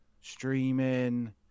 streaming